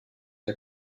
der